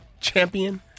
champion